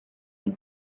and